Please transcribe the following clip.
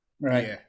Right